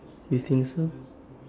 you think so